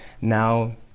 now